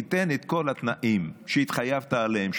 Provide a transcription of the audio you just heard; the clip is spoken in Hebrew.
תיתן את כל התנאים שהתחייבת עליהם,